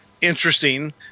interesting